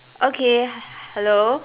okay hello